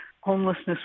homelessness